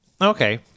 Okay